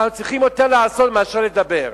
אנחנו צריכים לעשות יותר מאשר לדבר.